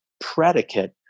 predicate